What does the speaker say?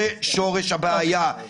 זה שורש הבעיה.